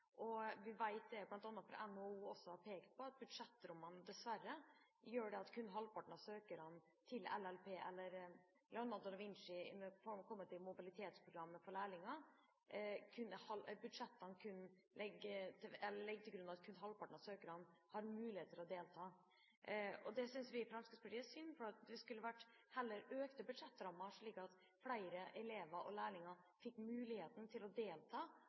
Vi vet, noe bl.a. NHO har pekt på, at budsjettrammene dessverre gjør at kun halvparten av søkerne til Leonardo da Vinci-programmet kommer til mobilitetsprogrammet for lærlinger. Budsjettene legger til grunn at kun halvpartene av søkerne har mulighet for å delta. Det synes vi i Fremskrittspartiet er synd. Det skulle heller vært økte budsjettrammer, slik at flere elever og lærlinger fikk muligheten til å delta